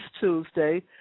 Tuesday